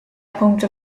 punkte